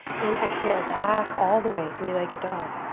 and exhale, back, all the way. three-legged dog.